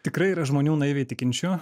tikrai yra žmonių naiviai tikinčių